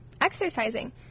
exercising